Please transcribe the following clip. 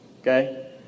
Okay